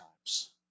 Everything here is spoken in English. times